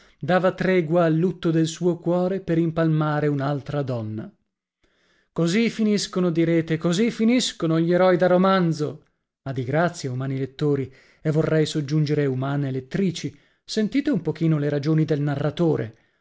dava tregua al lutto del suo cuore per impalmare un'altra donna così finiscono direte così finiscono gli eroi da romanzo ma di grazia umani lettori e vorrei soggiungere umane lettrici sentite un pochino le ragioni del narratore